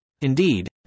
Indeed